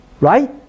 right